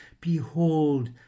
Behold